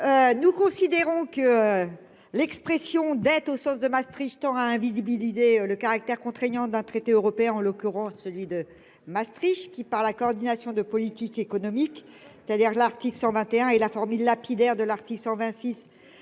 Nous considérons que. L'expression d'être au sens de Maastricht aura invisibiliser le caractère contraignant d'un traité européen en l'occurrence celui de Maastricht qui, par la coordination de politique économique, c'est-à-dire l'article 121 et la formule lapidaire de l'artiste sur